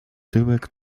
tyłek